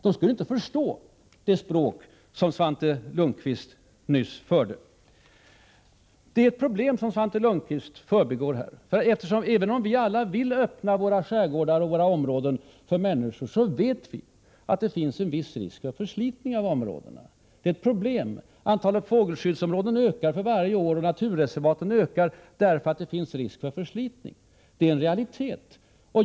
De skulle inte förstå det språk som Svante Lundkvist nyss använde. Svante Lundkvist förbigår ett problem här. Även om vi alla vill öppna våra skärgårdar och andra områden för människorna, vet vi att det finns en viss risk för förslitning av områdena. Det är ett problem. Antalet fågelskyddsområden och naturreservat ökar för varje år därför att det finns risk för förslitning. Det är en realitet.